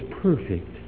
perfect